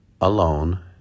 alone